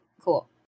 Cool